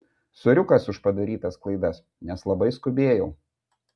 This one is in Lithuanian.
soriukas už padarytas klaidas nes labai skubėjau